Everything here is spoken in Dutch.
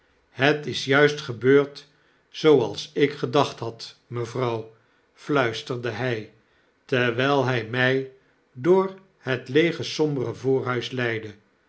het is juist gebeurd zooals ik gedacht had mevrouw fluisterde hij terwyl hy my door het leege sombere voorhuis leidde